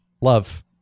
Love